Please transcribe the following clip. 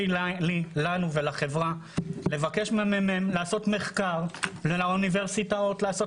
לעזור לי ולחברה ולבקש מהמ.מ.מ ומהאוניברסיטאות לעשות